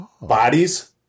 Bodies